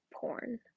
porn